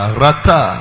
rata